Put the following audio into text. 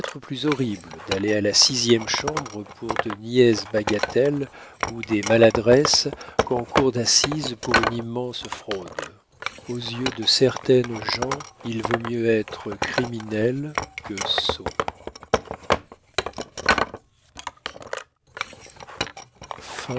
plus horrible d'aller à la sixième chambre pour de niaises bagatelles ou des maladresses qu'en cour d'assises pour une immense fraude aux yeux de certaines gens il vaut mieux être criminel que sot